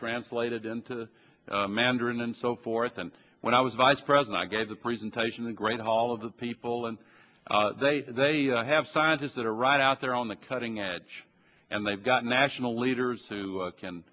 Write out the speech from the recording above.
translated into the mandarin and so forth and when i was vice president i gave the presentation the great hall of the people and they have scientists that are right out there on the cutting edge and they've got national leaders who can can